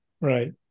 right